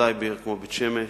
בוודאי בעיר כמו בית-שמש.